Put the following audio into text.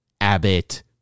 Abbott